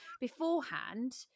beforehand